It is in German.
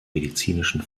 medizinischen